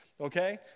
okay